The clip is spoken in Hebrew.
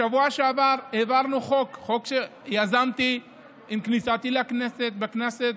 בשבוע שעבר העברנו חוק שיזמתי עם כניסתי לכנסת ב-2019,